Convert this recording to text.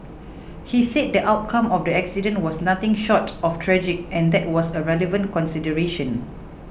he said the outcome of the accident was nothing short of tragic and that was a relevant consideration